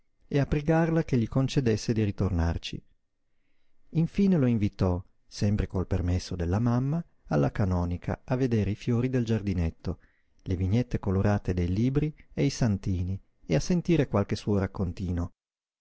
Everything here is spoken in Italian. e a pregarla che gli concedesse di ritornarci infine lo invitò sempre col permesso della mamma alla canonica a vedere i fiori del giardinetto le vignette colorate dei libri e i santini e a sentire qualche suo raccontino